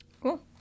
Cool